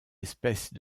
espèces